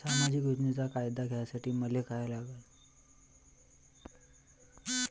सामाजिक योजनेचा फायदा घ्यासाठी मले काय लागन?